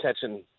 catching